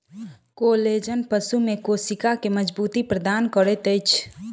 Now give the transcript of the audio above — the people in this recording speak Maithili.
कोलेजन पशु में कोशिका के मज़बूती प्रदान करैत अछि